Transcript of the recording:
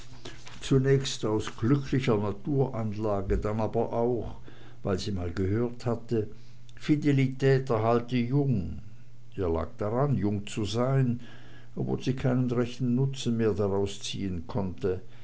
zunächst aus glücklicher naturanlage dann aber auch weil sie mal gehört hatte fidelität erhalte jung ihr lag daran jung zu sein obwohl sie keinen rechten nutzen mehr daraus ziehen konnte